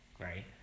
Right